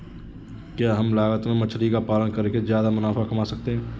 क्या कम लागत में मछली का पालन करके ज्यादा मुनाफा कमा सकते हैं?